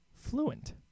fluent